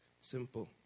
simple